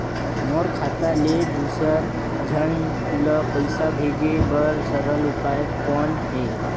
मोर खाता ले दुसर झन ल पईसा भेजे बर सरल उपाय कौन हे?